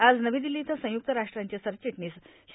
आज नवी दिल्ली इथं संयुक्त राष्ट्रांचे सरचिटणीस श्री